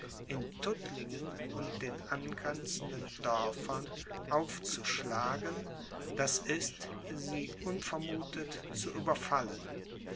in tuttlingen und den angrenzenden dörfern aufzuschlagen d i sie unvermuthet zu überfallen